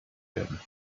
werden